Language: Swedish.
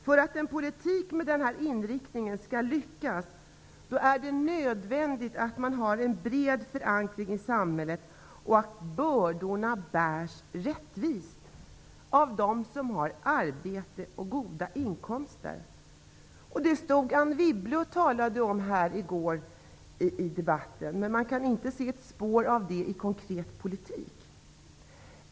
För att en politik med denna inriktning skall lyckas är det nödvändigt att den har en bred förankring i samhället och att bördorna bärs rättvist av dem som har arbete och goda inkomster. Det stod Anne Wibble och talade om i går i debatten. Men man kan inte se ett spår av det i konkret politik.